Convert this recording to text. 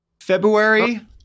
February